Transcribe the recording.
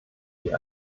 die